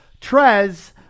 Trez